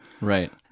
Right